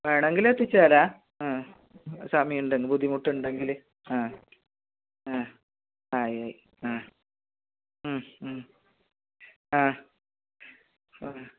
വേണമെങ്കിൽ എത്തിച്ചേരാം ആ സമയമുണ്ടെങ്കിൽ ബുദ്ധിമുട്ടുണ്ടെങ്കിൽ ആ ആ ആയ് ആയ് ആ ആ ആ